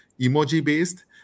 emoji-based